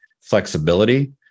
flexibility